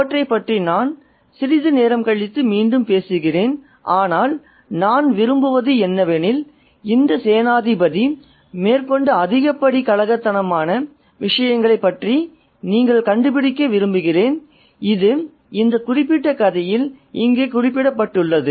அவற்றைப் பற்றி நான் சிறிது நேரம் கழித்து மீண்டும் பேசுகிறேன் ஆனால் நான் விரும்புவது என்னவெனில் இந்த சேனாதிபதி மேற்கொண்ட அதிகப்படி கலகத்தனமான விஷயங்களைப் பற்றி நீங்கள் கண்டுபிடிக்க விரும்புகிறேன் இது இந்த குறிப்பிட்ட கதையில் இங்கே குறிப்பிடப்பட்டுள்ளது